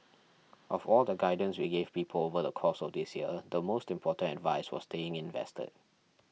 of all the guidance we gave people over the course of this year the most important advice was staying invested